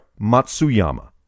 Matsuyama